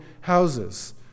houses